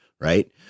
Right